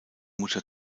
mutter